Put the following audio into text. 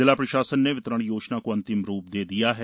जिला प्रशासन ने वितरण योजना को अंतिम रूप दे दिया है